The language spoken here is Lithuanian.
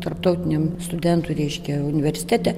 tarptautiniam studentų reiškia universitete